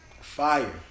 Fire